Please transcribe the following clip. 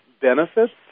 benefits